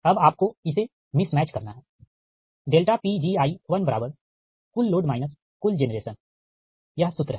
अब आपको इसे मिसमैच करना है Pgi बराबर कुल लोड माइनस कुल जेनरेशन यह सूत्र हैं